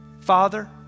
Father